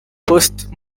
post